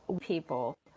people